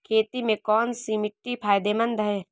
खेती में कौनसी मिट्टी फायदेमंद है?